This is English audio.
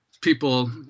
people